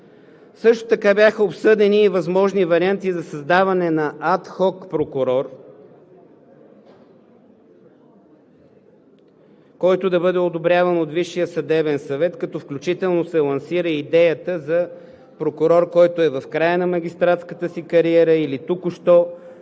Също така бяха обсъдени и възможни варианти за създаване на адхок прокурор, който да бъде одобряван от Висшия съдебен съвет, като включително се лансира идеята за прокурор, който е в края на магистратската си кариера, или току-що